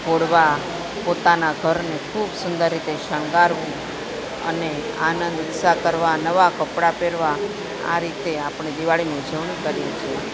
ફોડવા પોતાના ઘરની ખૂબ સુંદર રીતે શણગારવું અને આનંદ ઉત્સાહ કરવા નવા કપડા પહેરવાં આ રીતે આપણે દિવાળીની ઉજવણી કરીએ છીએ